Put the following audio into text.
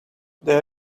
they